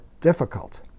difficult